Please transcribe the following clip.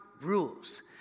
Rules